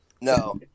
No